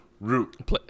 Root